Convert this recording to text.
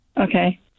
Okay